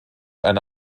eine